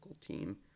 team